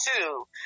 two